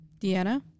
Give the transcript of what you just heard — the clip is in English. Deanna